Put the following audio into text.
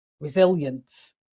resilience